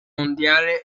mondiale